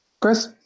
Chris